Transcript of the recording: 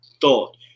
thought